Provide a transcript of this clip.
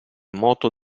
moto